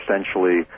essentially